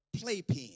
playpen